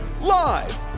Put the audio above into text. Live